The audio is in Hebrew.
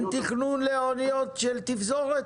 תכנון לאוניות של תפזורת?